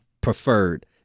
preferred